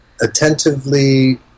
attentively